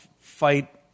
fight